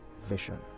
vision